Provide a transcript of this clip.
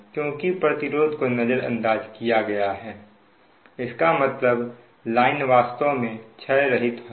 क्योंकि प्रतिरोध को नजरअंदाज किया गया है इसका मतलब लाइन वास्तव में क्षय रहित है